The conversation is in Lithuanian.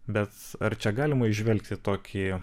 bet ar čia galima įžvelgti tokį